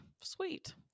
sweet